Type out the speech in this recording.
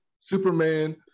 Superman